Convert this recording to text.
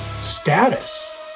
status